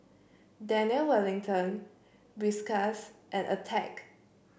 Daniel Wellington Whiskas and Attack